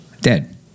dead